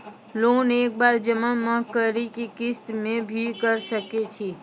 Loan एक बार जमा म करि कि किस्त मे भी करऽ सके छि?